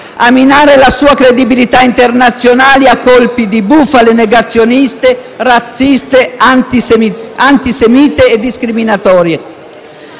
a minare la sua credibilità internazionale a colpi di bufale negazioniste, razziste, antisemite e discriminatorie.